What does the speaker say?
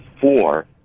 four